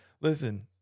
listen